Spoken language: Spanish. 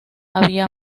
había